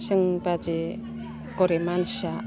जोंबादि गरिब मानसिया